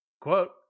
quote